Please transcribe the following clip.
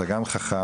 אתה גם חכם,